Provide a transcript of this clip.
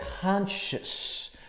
conscious